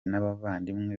n’abavandimwe